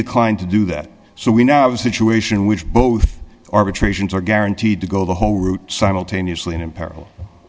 declined to do that so we now i was situation which both arbitrations are guaranteed to go the whole route simultaneously in imperil